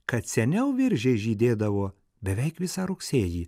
kad seniau viržiai žydėdavo beveik visą rugsėjį